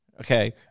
okay